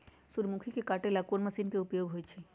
सूर्यमुखी के काटे ला कोंन मशीन के उपयोग होई छइ?